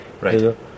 Right